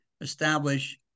establish